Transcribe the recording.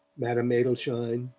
madame adelschein,